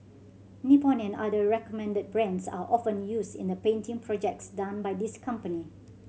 Nippon and other recommended brands are often used in the painting projects done by this company